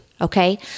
Okay